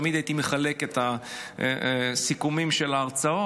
תמיד הייתי מחלק את הסיכומים של ההרצאות,